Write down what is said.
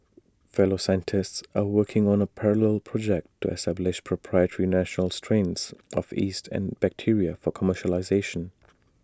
fellow scientists are working on A parallel project to establish proprietary national strains of yeast and bacteria for commercialisation